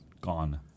Gone